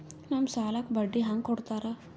ನಮ್ ಸಾಲಕ್ ಬಡ್ಡಿ ಹ್ಯಾಂಗ ಕೊಡ್ತಾರ?